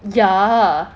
ya